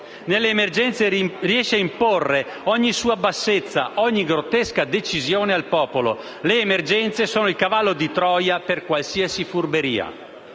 Nelle emergenze riesce a imporre ogni sua bassezza, ogni grottesca decisione al popolo. Le emergenze sono il cavallo di Troia per qualsiasi furberia,